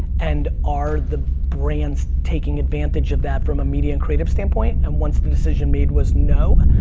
and are the brands taking advantage of that from a media and creative standpoint, and once the decision made was no,